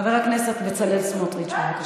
חבר הכנסת בצלאל סמוטריץ, בבקשה.